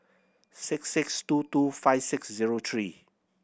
six six two two five six zero three